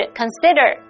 consider